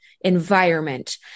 environment